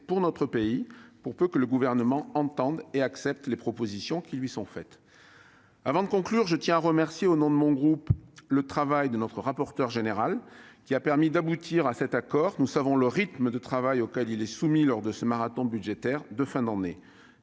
pour notre pays, pour peu que le Gouvernement entende et accepte les propositions qui lui sont faites. Avant de conclure, je tiens à remercier au nom de mon groupe le travail de notre rapporteur général, qui a permis d'aboutir à cet accord. Nous savons le rythme de travail auquel il est soumis lors du marathon budgétaire de fin d'année.